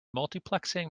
multiplexing